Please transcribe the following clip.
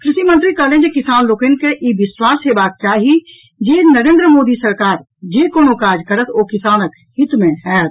कृषि मंत्री कहलनि जे किसान लोकनि के ई विश्वास हेबाक चाही जे नरेंद्र मोदी सरकार जे कोनो काज करत ओ किसानक हित मे होयत